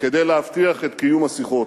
כדי להבטיח את קיום השיחות.